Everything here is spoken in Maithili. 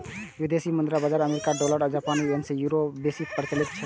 विदेशी मुद्रा बाजार मे अमेरिकी डॉलर, जापानी येन आ यूरो बेसी प्रचलित छै